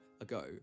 ago